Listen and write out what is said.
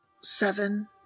Seven